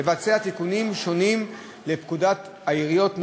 לבצע תיקונים שונים בפקודת העיריות .